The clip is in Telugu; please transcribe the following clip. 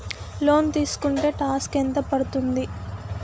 లోన్ తీస్కుంటే టాక్స్ ఎంత పడ్తుంది?